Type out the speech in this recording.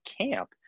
camp